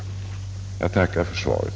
Jag tackar än en gång för svaret.